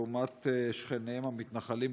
לעומת שכניהם המתנחלים,